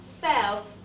fell